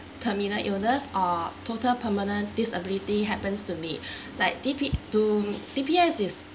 terminal illness or total permanent disability happens to me like D_B to D_B_S is